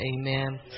Amen